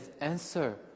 answer